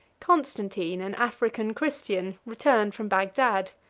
constantine, an african christian, returned from bagdad,